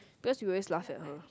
cause you always laughed at her